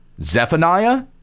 Zephaniah